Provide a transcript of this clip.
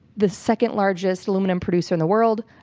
the second largest aluminum producer in the world,